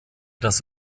das